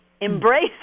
Embrace